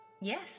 Yes